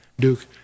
Duke